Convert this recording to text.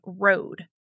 road